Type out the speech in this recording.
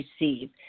receive